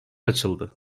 açıldı